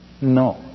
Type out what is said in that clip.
No